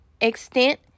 extent